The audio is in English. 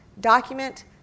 document